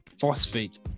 phosphate